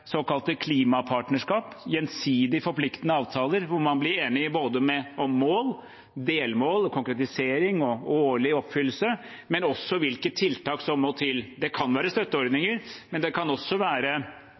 såkalte klimapartnerskap, gjensidig forpliktende avtaler hvor man blir enig både om mål, delmål, konkretisering og årlig oppfyllelse og også om hvilke tiltak som må til. Det kan være